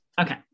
Okay